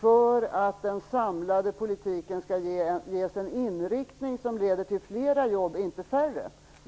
för att den samlade politiken skall ges en inriktning som leder till flera jobb - inte färre?